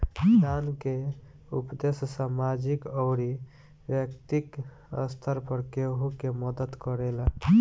दान के उपदेस सामाजिक अउरी बैक्तिगत स्तर पर केहु के मदद करेला